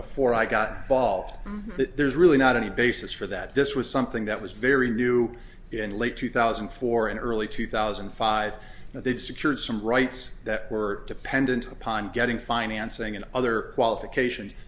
before i got volved that there's really not any basis for that this was something that was very new in late two thousand and four and early two thousand and five that they'd secured some rights that were dependent upon getting financing and other qualifications